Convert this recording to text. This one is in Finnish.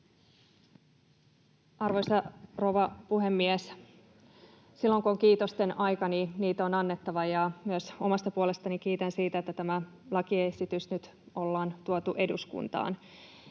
Arvoisa rouva puhemies! Silloin kun on kiitosten aika, niitä on annettava, ja myös omasta puolestani kiitän siitä, että tämä lakiesitys on nyt tuotu eduskuntaan.